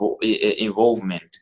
involvement